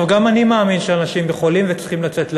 גם אני מאמין שאנשים יכולים וצריכים לצאת לעבודה,